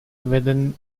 within